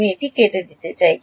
আমি এটি কেটে দিতে চাই